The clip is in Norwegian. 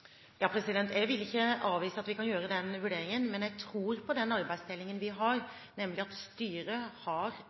Jeg vil ikke avvise at vi kan gjøre den vurderingen. Men jeg tror på den arbeidsdelingen vi har, nemlig at styret har